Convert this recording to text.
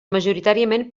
majoritàriament